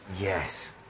Yes